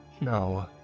No